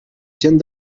gent